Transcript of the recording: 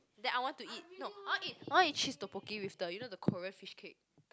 then I want to eat no I want to eat I want to eat cheese tteokbokki with the you know the Korean fishcake